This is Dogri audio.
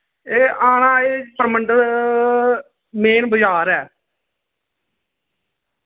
एह् आना एह् पुरमंडल मेन बाजार ऐ